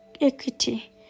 equity